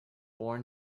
born